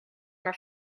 maar